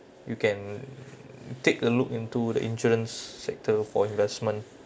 you can take a look into the insurance sector for investment